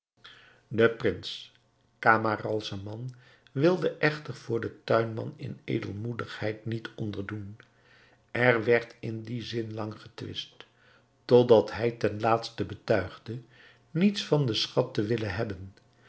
de prins camaralzaman wilde echter voor den tuinman in edelmoedigheid niet onder doen er werd in dien zin lang getwist totdat hij ten laatste betuigde niets van den schat te willen hebben